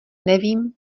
nevím